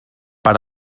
per